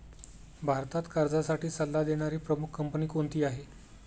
भारतात कर्जासाठी सल्ला देणारी प्रमुख कंपनी कोणती आहे?